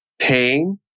pain